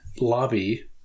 lobby